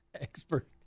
expert